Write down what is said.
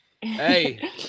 hey